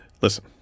Listen